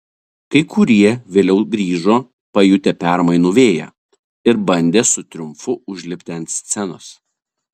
kai kurie vėliau grįžo pajutę permainų vėją ir bandė su triumfu užlipti ant scenos